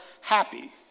happy